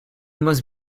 must